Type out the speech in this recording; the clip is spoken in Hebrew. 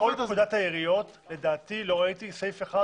בכל פקודת העיריות לדעתי לא ראיתי סעיף אחד